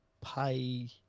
pay